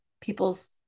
people's